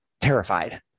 terrified